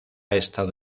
estado